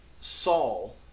Saul